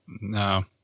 No